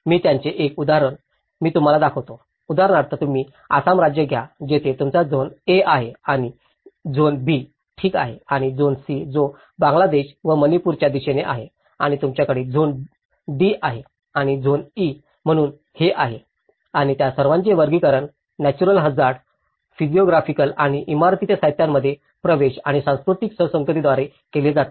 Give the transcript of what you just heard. मी त्याचे एक उदाहरण मी तुम्हाला दाखवतो उदाहरणार्थ तुम्ही आसाम राज्य घ्या जेथे तुमचा झोन A आहे आणि झोन B ठीक आहे आणि झोन C जो बांगलादेश व मणिपूरच्या दिशेने आहे आणि तुमच्याकडे झोन आहे D आणि झोन E म्हणूनच हे आहे आणि त्या सर्वांचे वर्गीकरण न्याचरल हझार्ड फिजिओग्राफ़िकल आणि इमारतीच्या साहित्यांमधील प्रवेश आणि सांस्कृतिक सुसंगततेद्वारे केले जाते